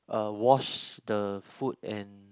uh wash the food and